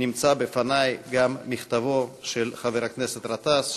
נמצא בפני גם מכתבו של חבר הכנסת גטאס,